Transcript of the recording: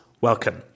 welcome